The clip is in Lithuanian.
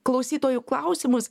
klausytojų klausimus